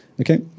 okay